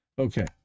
Okay